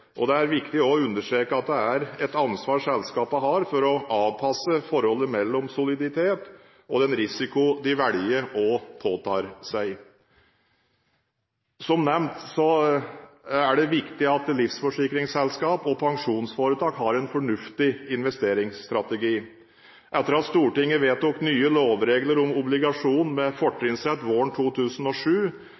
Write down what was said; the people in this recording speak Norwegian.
dette. Det er viktig også å understreke at det er et ansvar selskapene har for å avpasse forholdet mellom soliditet og den risiko de velger å påta seg. Som nevnt er det viktig at livsforsikringsselskap og pensjonsforetak har en fornuftig investeringsstrategi. Etter at Stortinget vedtok nye lovregler om obligasjoner med fortrinnsrett våren 2007,